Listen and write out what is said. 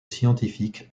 scientifique